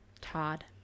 todd